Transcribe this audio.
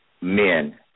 men